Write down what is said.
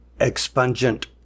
expungent